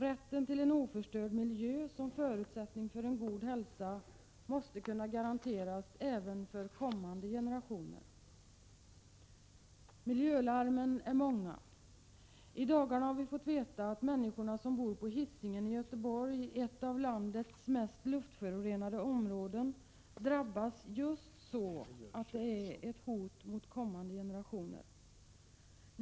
Rätten till en oförstörd miljö som förutsättning för en god hälsa måste kunna garanteras även för kommande generationer.” Miljölarmen är många. I dagarna har vi fått veta att de människor som bor på Hisingen i Göteborg, ett av landets mest luftförorenade områden, drabbas just så att det innebär ett hot mot kommande generationer.